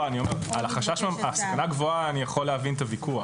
לגבי הסכנה הגבוהה, אני יכול להבין את הוויכוח.